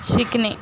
शिकणे